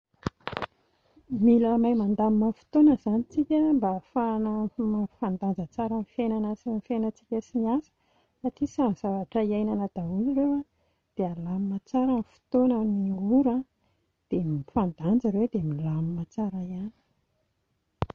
Mila mahay mandamina fotoana izany isika mba hafahana mampifandanja tsara ny fiainatsika sy ny asa satria samy zavatra iainana daholo ireo a dia alamina tsara ny fotoana, ny ora, dia mifandanja ireo dia milamina tsara ihany